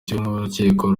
cy’urukiko